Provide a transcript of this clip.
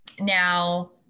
Now